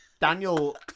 Daniel